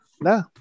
No